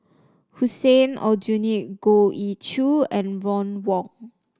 Hussein Aljunied Goh Ee Choo and Ron Wong